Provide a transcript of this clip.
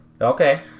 Okay